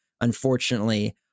unfortunately